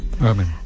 Amen